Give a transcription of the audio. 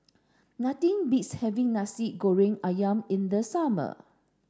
nothing beats having Nasi Goreng Ayam in the summer